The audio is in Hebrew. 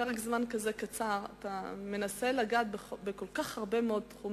בפרק זמן כזה קצר אתה מנסה לגעת בכל כך הרבה תחומים.